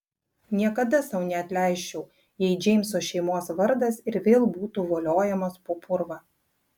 niekada sau neatleisčiau jei džeimso šeimos vardas ir vėl būtų voliojamas po purvą